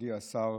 מכובדי השר,